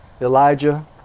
Elijah